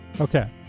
Okay